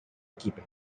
keeping